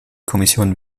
kommission